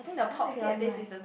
I want to get my